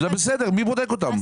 זה בסדר, מי בודק אותם?